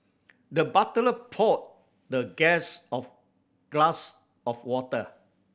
the butler poured the guest of a glass of water